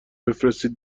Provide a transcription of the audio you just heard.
بفرستین